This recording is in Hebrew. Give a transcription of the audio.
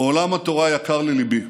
עולם התורה יקר לליבי,